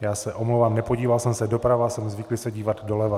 Já se omlouvám, nepodíval jsem se doprava, jsem zvyklý se dívat spíš doleva.